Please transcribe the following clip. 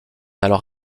alors